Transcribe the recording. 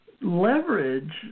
leverage